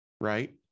right